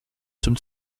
zum